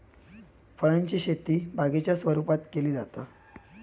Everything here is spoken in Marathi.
फळांची शेती बागेच्या स्वरुपात केली जाता